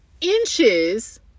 inches